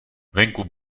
venku